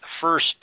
first